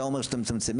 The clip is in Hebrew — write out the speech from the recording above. אתה אומר שאתם מצמצמים,